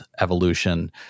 evolution